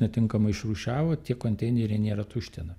netinkamai išrūšiavo tie konteineriai nėra tuština